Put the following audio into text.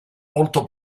molto